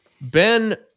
Ben